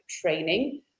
training